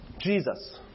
Jesus